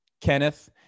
Kenneth